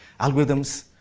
algorithms,